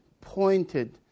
pointed